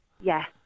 Yes